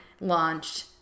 launched